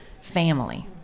family